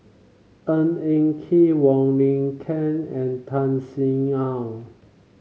Ng Eng Kee Wong Lin Ken and Tan Sin Aun